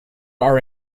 are